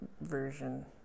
version